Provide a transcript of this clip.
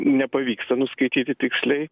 nepavyksta nuskaityti tiksliai